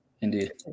Indeed